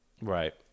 Right